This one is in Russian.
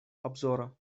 обзора